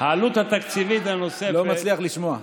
העלות התקציבית הנוספת, אני לא מצליח לשמוע.